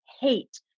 hate